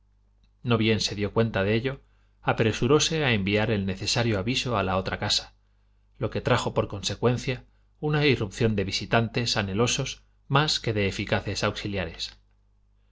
no bien se dió cuenta de ello apresuróse a enviar el necesario aviso a la otra casa lo que trajo por consecuencia una irrupción de visitantes anhelosos más que de eficaces auxiliares